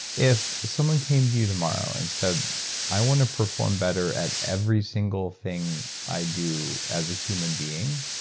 if someone came to you tomorrow and said i want to perform better at every single thing i do as a human being.